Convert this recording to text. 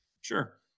sure